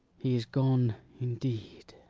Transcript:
he is gone indeed.